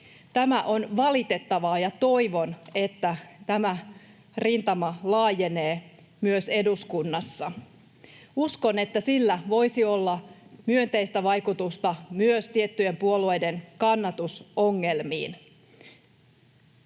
Tämä on valitettavaa, ja toivon, että tämä rintama laajenee myös eduskunnassa. Uskon, että sillä voisi olla myönteistä vaikutusta myös tiettyjen puolueiden kannatusongelmiin.